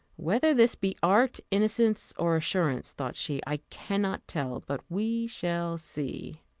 whether this be art, innocence, or assurance, thought she, i cannot tell but we shall see.